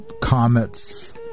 comets